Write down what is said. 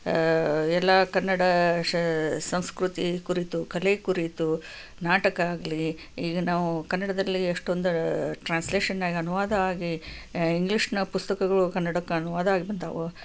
ಎಲ್ಲ ಕನ್ನಡ ಶ ಸಂಸ್ಕೃತಿ ಕುರಿತು ಕಲೆ ಕುರಿತು ನಾಟಕ ಆಗಲಿ ಈಗ ನಾವು ಕನ್ನಡದಲ್ಲಿ ಎಷ್ಟೊಂದು ಟ್ರಾನ್ಸ್ಲೇಷನ್ ಆಗಿ ಅನುವಾದ ಆಗಿ ಇಂಗ್ಲಿಷ್ನಾಗ ಪುಸ್ತಕಗಳು ಕನ್ನಡಕ್ಕೆ ಅನುವಾದ ಆಗಿ ಬಂದಾವು